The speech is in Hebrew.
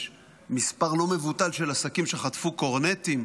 יש מספר לא מבוטל של עסקים שחטפו קורנטים.